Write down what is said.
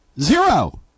Zero